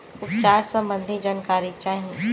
उपचार सबंधी जानकारी चाही?